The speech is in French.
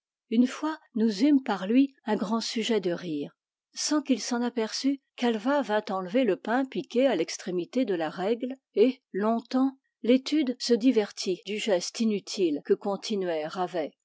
une fois nous eûmes par lui un grand sujet de rire sans qu'il s'en aperçût cal vat vint enlever le pain piqué à l'extrémité de la règle et longtemps l'étude se divertit du geste inutile que continuait ravet